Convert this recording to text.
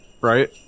right